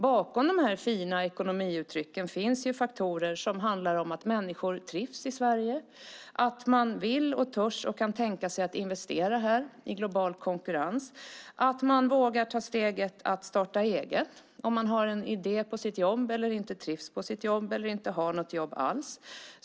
Bakom de fina ekonomiuttrycken finns faktorer som handlar om att människor trivs i Sverige, att man vill, törs och kan tänka sig att investera här i global konkurrens, att man vågar ta steget att starta eget om man har en idé på sitt jobb, inte trivs på sitt jobb eller inte har något jobb alls.